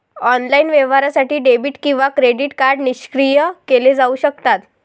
online व्यवहारासाठी debit किंवा credit card निष्क्रिय केले जाऊ शकतात